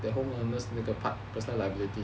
the home owners part personal liability